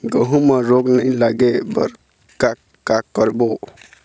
गेहूं म रोग नई लागे बर का का करबो?